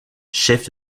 chef